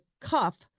cuff—